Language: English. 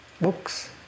books